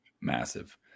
massive